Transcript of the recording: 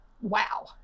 Wow